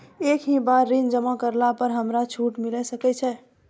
एक ही बार ऋण जमा करला पर हमरा छूट मिले सकय छै?